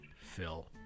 Phil